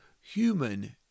human